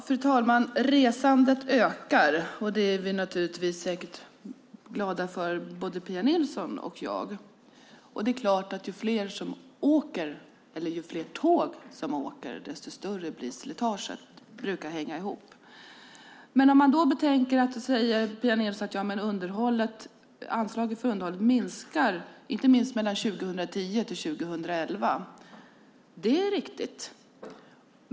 Fru talman! Resandet ökar, och det är vi säkert glada för både Pia Nilsson och jag. Det är klart att ju fler tåg som åker, desto större blir slitaget. Det brukar hänga ihop. Pia Nilsson säger att anslaget för underhåll minskar, inte minst mellan 2010 och 2011. Det är riktigt.